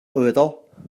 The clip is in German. oder